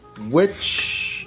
Which-